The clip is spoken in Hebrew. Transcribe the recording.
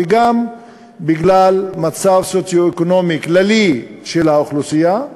וגם בגלל מצב סוציו-אקונומי כללי של האוכלוסייה,